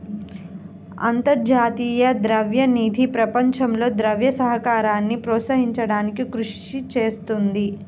అంతర్జాతీయ ద్రవ్య నిధి ప్రపంచంలో ద్రవ్య సహకారాన్ని ప్రోత్సహించడానికి కృషి చేస్తుంది